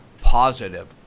positive